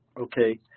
okay